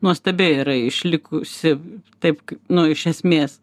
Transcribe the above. nuostabiai yra išlikusi taip nu iš esmės